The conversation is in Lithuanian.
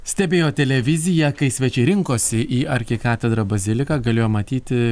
stebėjo televiziją kai svečiai rinkosi į arkikatedrą baziliką galėjo matyti